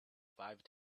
five